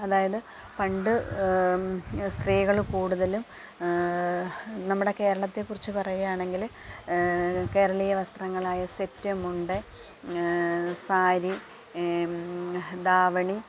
അതായത് പണ്ട് സ്ത്രീകൾ കൂടുതലും നമ്മുടെ കേരളത്തെക്കുറിച്ച് പറയുകയാണെങ്കില് കേരളീയ വസ്ത്രങ്ങളായ സെറ്റ് മുണ്ട് സാരി ദാവണി